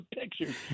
Pictures